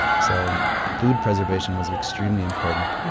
so food preservation was extremely important